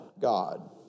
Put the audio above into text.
God